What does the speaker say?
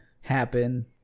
happen